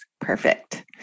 perfect